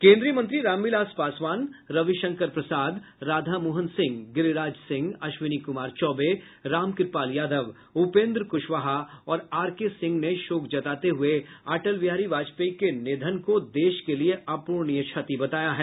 केन्द्रीय मंत्री रामविलास पासवान रविशंकर प्रसाद राधामोहन सिंह गिरिराज सिंह अश्विनी कुमार चौबे रामकृपाल यादव उपेन्द्र कुशवाहा और आरके सिंह ने शोक जताते हुए अटल बिहारी वाजपेयी के निधन को देश के लिये अप्रणीय क्षति बताया है